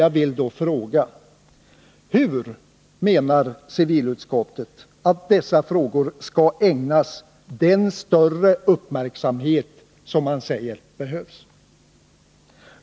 Jag vill då fråga: Hur menar civilutskottet att dessa frågor skall ägnas den större uppmärksamhet som man säger behövs?